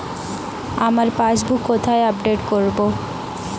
আমার পাসবুক কোথায় আপডেট করব?